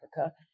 Africa